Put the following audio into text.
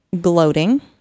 gloating